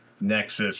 nexus